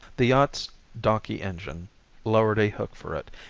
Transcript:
the yacht's donkey engine lowered a hook for it,